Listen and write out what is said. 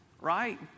right